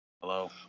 Hello